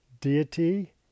deity